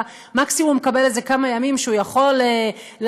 מקסימום מקבל איזה כמה ימים שהוא יכול לעזור,